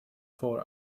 four